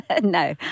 No